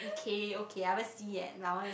okay okay I haven't see yet but I want to